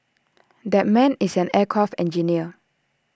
that man is an aircraft engineer